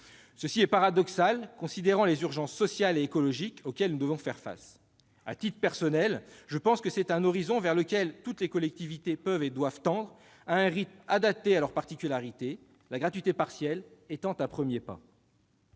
C'est paradoxal quand on songe aux urgences sociales et écologiques auxquelles nous devons faire face. À titre personnel, je pense qu'il s'agit d'un horizon vers lequel toutes les collectivités peuvent et doivent tendre selon un rythme adapté à leurs particularités, la gratuité partielle constituant un premier pas